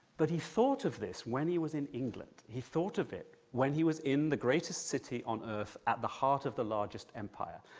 but he thought of this when he was in england, he thought of it when he was in the greatest city on earth, at the heart of the largest empire.